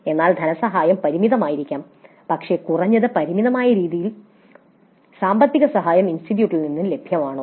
അതിനാൽ ധനസഹായം പരിമിതമായിരിക്കാം പക്ഷേ കുറഞ്ഞത് പരിമിതമായ രീതിയിൽ "സാമ്പത്തിക സഹായം ഇൻസ്റ്റിറ്റ്യൂട്ടിൽ നിന്ന് ലഭ്യമാണോ